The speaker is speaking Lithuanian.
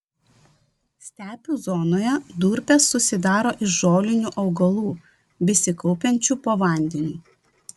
stepių zonoje durpės susidaro iš žolinių augalų besikaupiančių po vandeniu